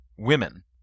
women